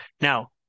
Now